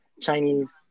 Chinese